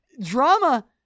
drama